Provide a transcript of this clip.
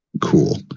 cool